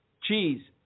cheese